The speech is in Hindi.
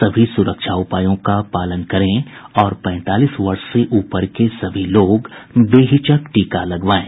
सभी सुरक्षा उपायों का पालन करें और पैंतालीस वर्ष से ऊपर के सभी लोग बेहिचक टीका लगवाएं